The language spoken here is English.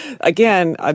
again